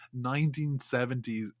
1970s